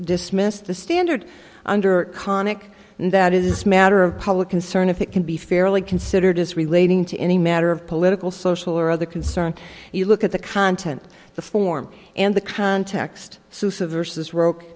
dismissed the standard under conic and that is matter of public concern if it can be fairly considered as relating to any matter of political social or other concern you look at the content the form and the context of verses ro